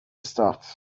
start